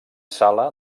sala